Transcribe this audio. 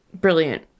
brilliant